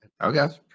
Okay